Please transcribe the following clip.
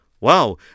Wow